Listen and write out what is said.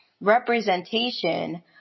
representation